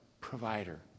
provider